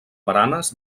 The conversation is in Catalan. baranes